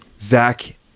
zach